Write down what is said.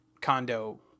condo